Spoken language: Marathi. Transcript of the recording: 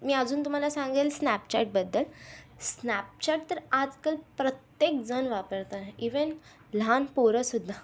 मी अजून तुम्हाला सांगेन स्नॅपचॅटबद्दल स्नॅपचॅट तर आजकाल प्रत्येकजण वापरत आहे इव्हेन लहान पोरंसुद्धा